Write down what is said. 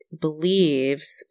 believes